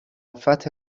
فتح